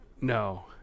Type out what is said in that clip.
No